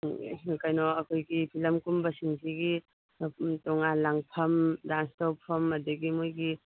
ꯀꯩꯅꯣ ꯑꯩꯈꯣꯏꯒꯤ ꯐꯤꯂꯝ ꯀꯨꯝꯕꯁꯤꯡꯁꯤꯒꯤ ꯇꯣꯉꯥꯟꯅ ꯂꯥꯡꯐꯝ ꯗꯥꯟꯁ ꯇꯧꯐꯝ ꯑꯗꯨꯗꯒꯤ ꯃꯣꯏꯒꯤ